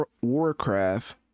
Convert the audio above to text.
warcraft